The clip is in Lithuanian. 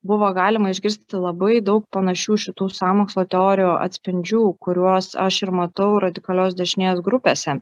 buvo galima išgirsti labai daug panašių šitų sąmokslo teorijų atspindžių kuriuos aš ir matau radikalios dešinės grupėse